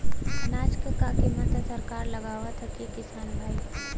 अनाज क कीमत सरकार लगावत हैं कि किसान भाई?